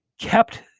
kept –